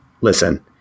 listen